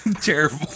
terrible